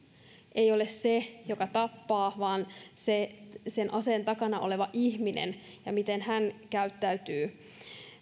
ei ole se joka tappaa vaan sen aseen takana oleva ihminen ja se miten hän käyttäytyy